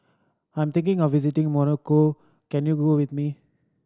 I'm thinking of visiting Morocco can you go with me